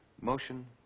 motion